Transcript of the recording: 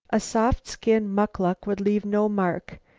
a soft skin muckluck would leave no mark.